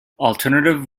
alternative